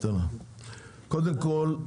קודם כול,